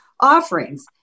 offerings